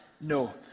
No